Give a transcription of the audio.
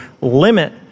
limit